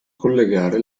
collegare